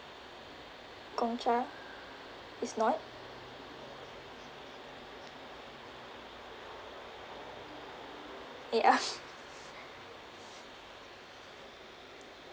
Gong Cha is not eh ah